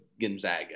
Gonzaga